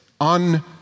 on